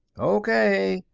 o k,